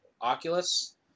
oculus